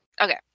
Okay